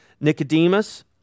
Nicodemus